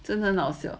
真的很好笑